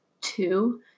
two